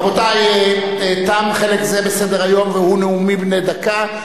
רבותי, תם חלק זה בסדר-היום, והוא נאומים בני דקה.